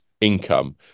income